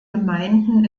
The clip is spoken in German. gemeinden